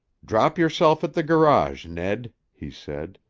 drop yourself at the garage, ned, he said,